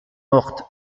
morte